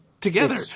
Together